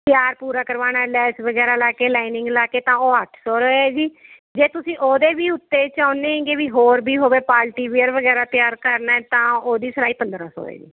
ਤਿਆਰ ਪੂਰਾ ਕਰਵਉਣਾ ਹੈ ਲੈਸ ਵਗੈਰਾ ਲਾ ਕੇ ਲਾਈਨਿੰਗ ਲਾ ਕੇ ਤਾਂ ਉਹ ਅੱਠ ਸੌ ਰੁਪਏ ਹੈ ਜੀ ਜੇ ਤੁਸੀਂ ਉਹਦੇ ਵੀ ਉੱਤੇ ਚਾਹੁੰਦੇ ਐਂਗੇ ਵੀ ਹੋਰ ਵੀ ਹੋਵੇ ਪਾਲ਼ਟੀ ਵੀਅਰ ਵਗੈਰਾ ਤਿਆਰ ਕਰਨਾ ਹੈ ਤਾਂ ਉਹਦੀ ਸਿਲਾਈ ਪੰਦਰਾਂ ਸੌ ਹੈ ਜੀ